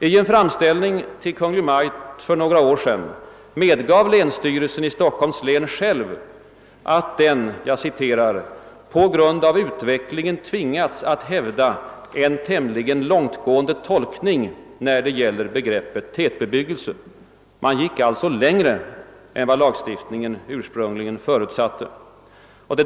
I en framställning till Kungl. Maj:t för några år sedan medgav länsstyrelsen i Stockholms län själv, att den »på grund av utvecklingen tvingats att hävda en tämligen långtgående tolkning när det gäller begreppet tätbebyggelse». Man har alltså gått längre än vad som ursprungligen förutsatts i lagstiftningen.